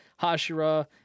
Hashira